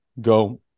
go